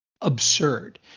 absurd